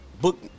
book